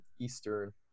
Eastern